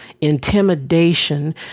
intimidation